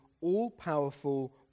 all-powerful